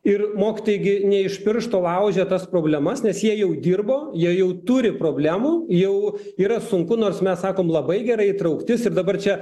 ir mokytojai gi ne iš piršto laužia tas problemas nes jie jau dirbo jie jau turi problemų jau yra sunku nors mes sakom labai gerai įtrauktis ir dabar čia